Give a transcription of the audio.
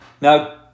now